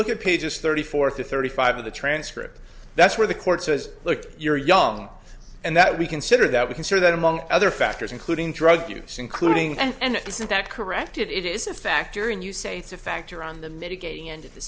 look at pages thirty four thirty five of the transcript that's where the court says look you're young and that we consider that we consider that among other factors including drug use including and isn't that correct if it is a factor and you say it's a factor on the mitigating end of the